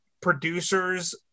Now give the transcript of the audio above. producers